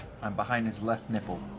i'm behind his left nipple.